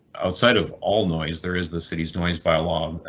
outside of all noise, there is the cities noise bylaw, um